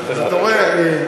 אתה רואה.